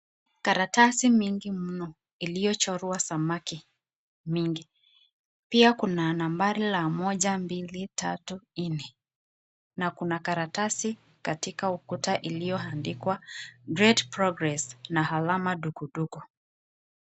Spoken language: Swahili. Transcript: Karatasi mingi mno iliyochorwa samaki nyingi, pia kuna nambari ya moja, mbili, tatu, nne na kuna karatasi katika ukuta ilioandikwa great progress na alama dukuduku.